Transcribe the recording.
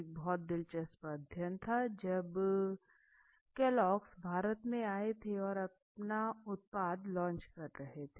एक बहुत दिलचस्प अध्ययन था जब केलॉग्स भारत में आए थे और अपना उत्पाद लॉन्च कर रहे थे